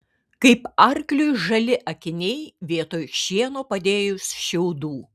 kaip arkliui žali akiniai vietoj šieno padėjus šiaudų